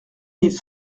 mille